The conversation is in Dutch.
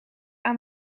aan